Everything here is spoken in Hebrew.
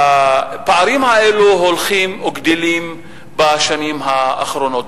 הפערים האלה הולכים וגדלים בשנים האחרונות.